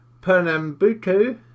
Pernambuco